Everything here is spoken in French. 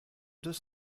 deux